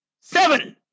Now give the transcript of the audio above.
seven